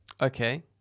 Okay